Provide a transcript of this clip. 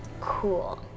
Cool